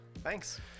Thanks